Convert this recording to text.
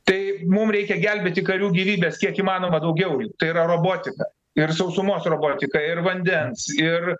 tai mum reikia gelbėti karių gyvybes kiek įmanoma daugiau tai yra robotika ir sausumos robotika ir vandens ir